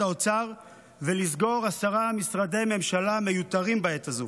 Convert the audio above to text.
האוצר ולסגור עשרה משרדי ממשלה מיותרים בעת הזו.